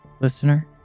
listener